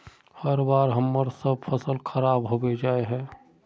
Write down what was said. हर बार हम्मर सबके फसल खराब होबे जाए है?